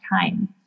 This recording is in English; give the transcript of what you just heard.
time